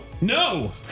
no